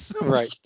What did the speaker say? right